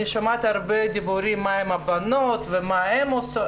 אני שומעת הרבה דיבורים 'מה עם הבנות ומה שהן עושות',